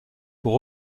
pour